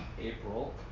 April